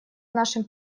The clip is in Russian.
нашим